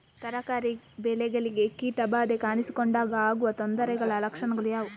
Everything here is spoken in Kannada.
ತರಕಾರಿ ಬೆಳೆಗಳಿಗೆ ಕೀಟ ಬಾಧೆ ಕಾಣಿಸಿಕೊಂಡಾಗ ಆಗುವ ತೊಂದರೆಗಳ ಲಕ್ಷಣಗಳು ಯಾವುವು?